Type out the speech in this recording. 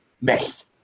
mess